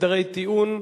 (הסדרי טיעון),